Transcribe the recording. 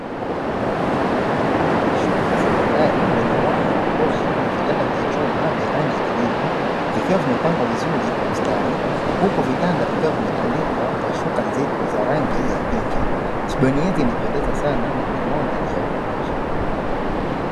Bweni la shule ya sekondari lenye mwanga wa kutosha na vitanda vya chuma vya rangi ya kijivu, vikiwa vimepangwa vizuri kwa mstari, huku vitanda vikiwa vimetandikwa shuka nzito za rangi ya pinki. Bweni hizi zinapendeza sana zina mwanga na hewa ya kutosha.